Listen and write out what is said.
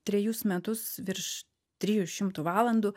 trejus metus virš trijų šimtų valandų